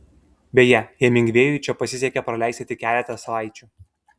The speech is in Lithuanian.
beje hemingvėjui čia pasisekė praleisti tik keletą savaičių